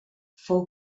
fou